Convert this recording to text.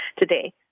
today